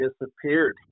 disappeared